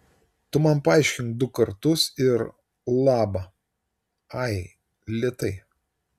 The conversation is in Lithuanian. tu man paaiškink du kartus ir laba ai lėtai